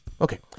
Okay